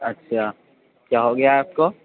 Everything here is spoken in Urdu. اچھا کیا ہو گیا آپ کو